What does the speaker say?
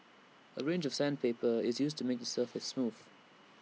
A range of sandpaper is used to make the surface smooth